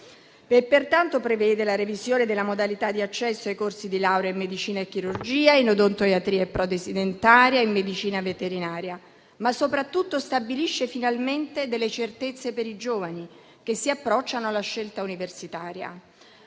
Pertanto, prevede la revisione della modalità di accesso ai corsi di laurea in medicina e chirurgia, in odontoiatria e protesi dentaria e in medicina veterinaria, ma soprattutto stabilisce finalmente delle certezze per i giovani che si approcciano alla scelta universitaria.